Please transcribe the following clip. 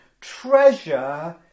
treasure